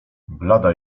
blada